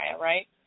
right